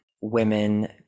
Women